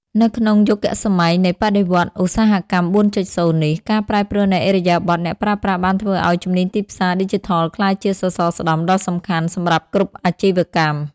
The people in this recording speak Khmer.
នៅក្នុងយុគសម័យនៃបដិវត្តន៍ឧស្សាហកម្ម ៤.០ នេះ ការប្រែប្រួលនៃឥរិយាបថអ្នកប្រើប្រាស់បានធ្វើឱ្យជំនាញទីផ្សារឌីជីថលក្លាយជាសសរស្តម្ភដ៏សំខាន់សម្រាប់គ្រប់អាជីវកម្ម។